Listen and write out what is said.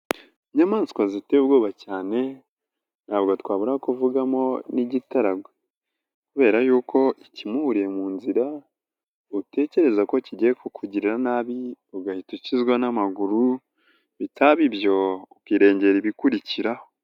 Inyamaswa ziteye ubwoba cyane ntabwo twabura kuvugamo n'igitaragwe kubera yuko iki muhuriye mu nzira utekereza ko kigiye kukugirira nabi, ugahita ukizwa n'amaguru, bitaba ibyo ukirengera ibikurikiraho.